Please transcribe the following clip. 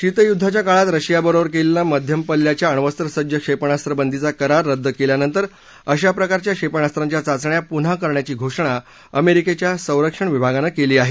शीतयुद्वाच्या काळात रशियाबरोबर केलेला मध्यम पल्ल्याच्या अण्वस्त्रसज्ज क्षेपणास्त्र बंदीचा करार रद्द केल्यानंतर अशा प्रकारच्या क्षेपणास्त्रांच्या चाचण्या पुन्हा करण्याची घोषणा अमेरिकेच्या संरक्षण विभागानं केली आहे